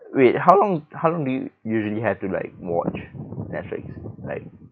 wait how long how long do you usually have to like watch netflix like